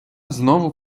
знову